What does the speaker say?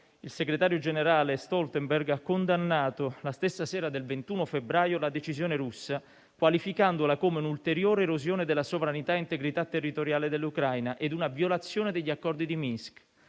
il segretario generale Stoltenberg ha condannato, la stessa sera del 21 febbraio, la decisione russa, qualificandola come un'ulteriore erosione della sovranità e dell'integrità territoriale dell'Ucraina e una violazione degli accordi di Minsk.